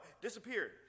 Disappeared